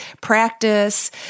practice